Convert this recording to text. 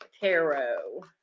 tarot